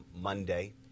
Monday